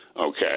Okay